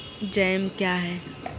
Jam क्या हैं?